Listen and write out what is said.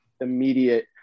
immediate